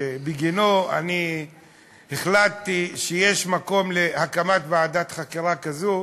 שבגינו החלטתי שיש מקום להקמת ועדת חקירה כזאת